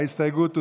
ההסתייגות הוסרה.